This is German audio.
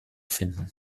finden